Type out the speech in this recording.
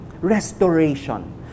restoration